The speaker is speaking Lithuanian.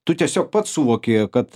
tu tiesiog pats suvoki kad